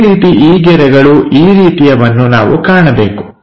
ಅದೇ ರೀತಿ ಈ ಗೆರೆಗಳು ಈ ರೀತಿಯವನ್ನು ನಾವು ಕಾಣಬೇಕು